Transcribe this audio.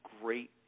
great